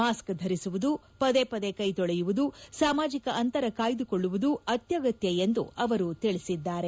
mask ಧರಿಸುವುದು ಪದೇ ಪದೇ ಕೈ ತೊಳೆಯುವುದು ಸಾಮಾಜಿಕ ಅಂತರ ಕಾಯ್ದುಕೊಳ್ಳುವುದು ಅತ್ಯಗತ್ಯ ಎಂದು ಅವರು ತಿಳಿಸಿದ್ದಾರೆ